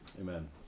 Amen